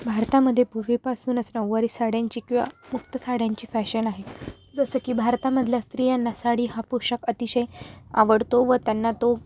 भारतामध्ये पूर्वीपासूनच नऊवारी साड्यांची किंवा फक्त साड्यांची फॅशन आहे जसं की भारतामधल्या स्त्रियांना साडी हा पोषाख अतिशय आवडतो व त्यांना तो